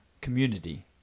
Community